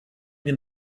dem